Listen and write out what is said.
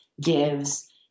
gives